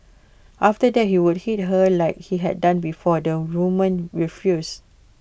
after that he would hit her like he had done before the woman refused